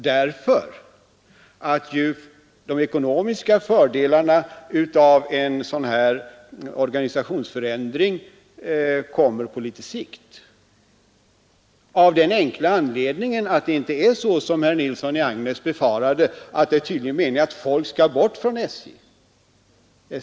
De ekonomiska fördelarna av en sådan här organisationsförändring kommer nämligen på litet sikt av den enkla anledningen att det inte är så som herr Nilsson i Agnäs befarade, nämligen att det är meningen att folk skall bort från SJ.